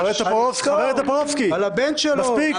חבר הכנסת טופורובסקי, מספיק.